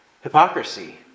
hypocrisy